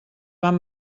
van